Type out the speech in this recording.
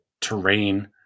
terrain